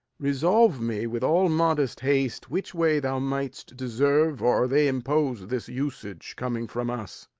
resolve me with all modest haste which way thou mightst deserve or they impose this usage, coming from us.